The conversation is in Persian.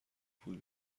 پول